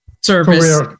service